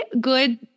good